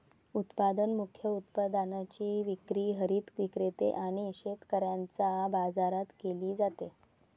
उत्पादन मुख्य उत्पादनाची विक्री हरित विक्रेते आणि शेतकऱ्यांच्या बाजारात केली जाते